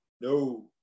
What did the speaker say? No